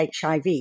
HIV